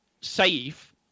safe